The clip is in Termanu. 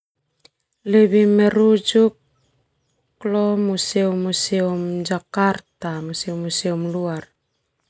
Lebih merujuk leo museum-museum Jakarta, museum-museum luar.